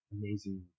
amazing